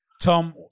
Tom